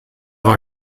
war